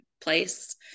place